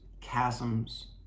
chasms